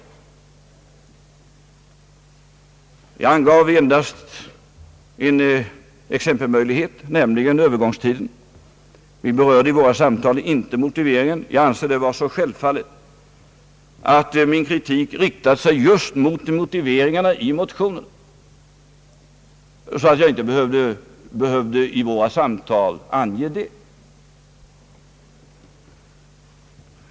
Jag angav endast en exempelmöjlighet, nämligen övergångstiden. Vi berörde i våra samtal inte motiveringen. Jag ansåg att det var så självfallet att min kritik riktade sig just mot motiveringarna i motionen att jag inte behövde ange det vid våra samtal.